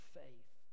faith